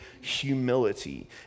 humility